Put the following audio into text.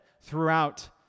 throughout